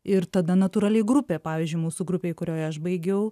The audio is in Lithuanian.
ir tada natūraliai grupė pavyzdžiui mūsų grupėj kurioje aš baigiau